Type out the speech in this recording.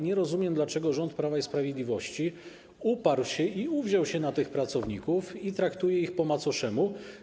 Nie rozumiem, dlaczego rząd Prawa i Sprawiedliwości uparł się i uwziął się na tych pracowników, i traktuje ich po macoszemu.